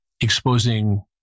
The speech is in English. exposing